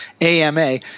ama